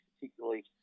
particularly